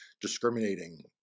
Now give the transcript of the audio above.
discriminating